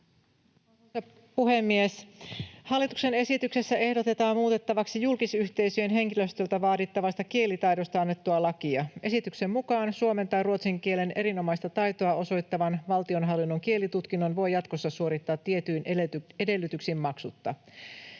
Arvoisa puhemies! Hallituksen esityksessä ehdotetaan muutettavaksi julkisyhteisöjen henkilöstöltä vaadittavasta kielitaidosta annettua lakia. Esityksen mukaan suomen tai ruotsin kielen erinomaista taitoa osoittavan valtionhallinnon kielitutkinnon voi jatkossa suorittaa tietyin edellytyksiin maksutta.